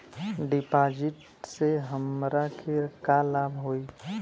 डिपाजिटसे हमरा के का लाभ होई?